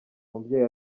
umubyeyi